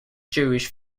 jewish